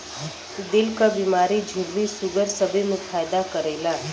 दिल क बीमारी झुर्री सूगर सबे मे फायदा करेला